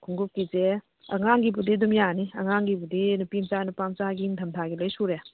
ꯈꯣꯡꯎꯞꯀꯤꯁꯦ ꯑꯉꯥꯡꯒꯤꯕꯨꯗꯤ ꯑꯗꯨꯝ ꯌꯥꯅꯤ ꯑꯉꯥꯡꯒꯤꯕꯨꯗꯤ ꯅꯨꯄꯤ ꯃꯆꯥ ꯅꯨꯄꯥ ꯃꯆꯥꯒꯤ ꯅꯤꯡꯊꯝ ꯊꯥꯒꯤ ꯂꯣꯏ ꯁꯨꯔꯦ